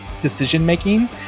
decision-making